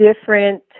different